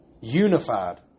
Unified